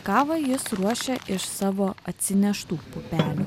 kavą jis ruošia iš savo atsineštų pupelių